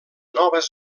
noves